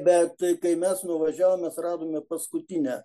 bet kai mes nuvažiavome mes radome paskutinę